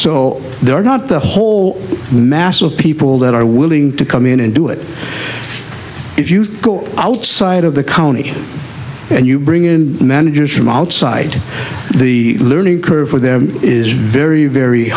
so they're not the whole mass of people that are willing to come in and do it if you go outside of the county and you bring in managers from outside the learning curve for them is very very